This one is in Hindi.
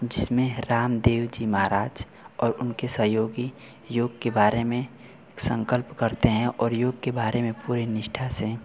जिसमें रामदेव जी महराज और उनके सहयोगी योग के बारे में संकल्प करते हैं और योग के बारे में पूरी निष्ठा से